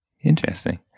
Interesting